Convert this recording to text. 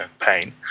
pain